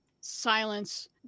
silence